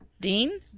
Dean